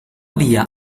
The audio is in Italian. via